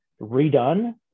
redone